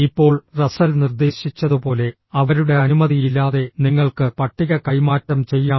ഇപ്പോൾ റസ്സൽ നിർദ്ദേശിച്ചതുപോലെ അവരുടെ അനുമതിയില്ലാതെ നിങ്ങൾക്ക് പട്ടിക കൈമാറ്റം ചെയ്യാം